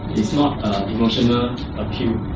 it's not emotional appeal.